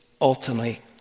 ultimately